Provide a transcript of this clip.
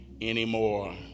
anymore